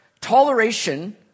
toleration